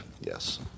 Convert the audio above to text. yes